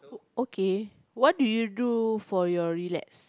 okay what do you do for your relax